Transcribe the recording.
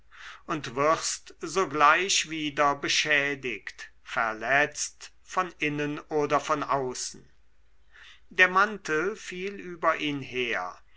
und wirst sogleich wieder beschädigt verletzt von innen oder von außen der mantel fiel über ihn her